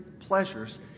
pleasures